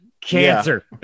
cancer